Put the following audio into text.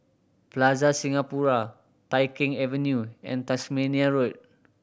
Plaza Singapura Tai Keng Avenue and Tasmania Road